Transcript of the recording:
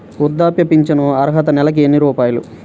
వృద్ధాప్య ఫింఛను అర్హత నెలకి ఎన్ని రూపాయలు?